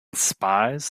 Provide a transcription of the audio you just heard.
spies